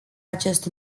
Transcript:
acest